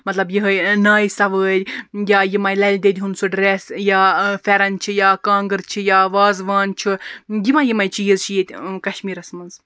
مَطلَب یِہے نایہِ سَوٲرۍ یا یِمے لَلِ دیٚدِ ہُنٛد سُہ ڈریٚس یا فیٚرَن چھِ یا کانٛگر چھِ یا وازوان چھُ یِمے یِمے چیٖز چھِ ییٚتہِ کَشمیٖرَس مَنٛز